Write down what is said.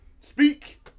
Speak